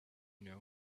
know